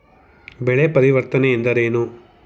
ಬೆಳೆ ಪರಿವರ್ತನೆ ಎಂದರೇನು?